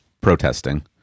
protesting